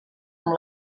amb